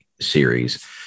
series